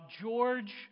George